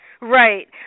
Right